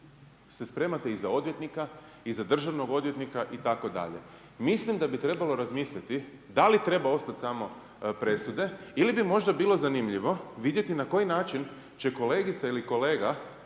se spremate i za odvjetnika i za državnog odvjetnika itd.. Mislim da bi trebalo razmisliti da li treba ostati samo presude ili bi možda bilo zanimljivo vidjeti na koji način će kolegica ili kolega